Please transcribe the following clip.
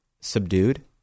subdued